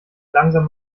langsam